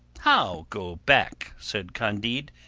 how go back? said candide,